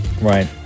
Right